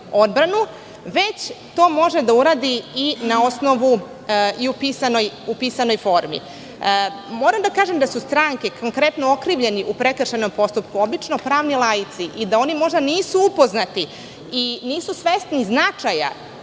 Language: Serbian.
već to može da uradi i na osnovu i u pisanoj formi. Moram da kažem da su stranke, konkretno okrivljeni u prekršajnom postupku obično pravni laici i da oni možda nisu upoznati i nisu svesni značaja